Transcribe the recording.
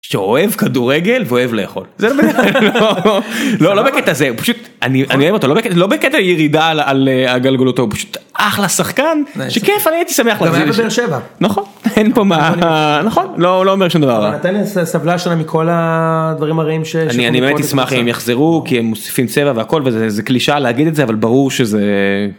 שאוהב כדורגל ואוהב לאכול לא לא בקטע זה פשוט אני אוהב אותו לא בקטע ירידה על הגלגולותו הוא פשוט אחלה שחקן שכיף אני הייתי שמח לדבר הוא היה בבאר שבע נכון. אין פה מה נכון לא אומר שום דבר רע נתן לי סבלה שונה מכל הדברים הרעים שאני אני באמת אשמח שהם יחזרו כי הם מוסיפים צבע והכל וזה זה קלישה להגיד את זה אבל ברור שזה.